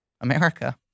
America